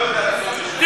תבדוק את הדברים.